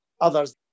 others